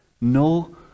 No